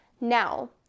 Now